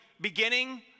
beginning